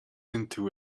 into